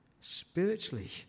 spiritually